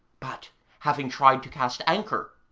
but having tried to cast anchor,